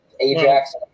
Ajax